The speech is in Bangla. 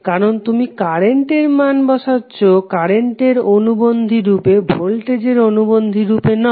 কারণ তুমি কারেন্টের মান বসাচ্ছো কারেন্টের অনুবন্ধী রূপে ভোল্টেজের অনুবন্ধী রূপে নয়